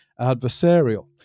adversarial